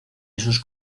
esos